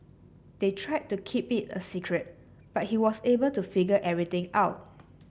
they tried to keep it a secret but he was able to figure everything out